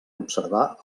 observar